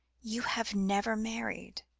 you have never married,